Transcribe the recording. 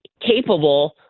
capable